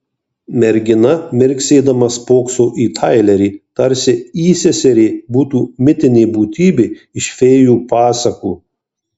mergina mirksėdama spokso į tailerį tarsi įseserė būtų mitinė būtybė iš fėjų pasakų